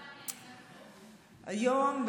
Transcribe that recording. היום,